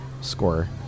score